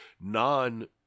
non